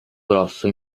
grosso